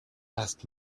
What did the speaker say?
asked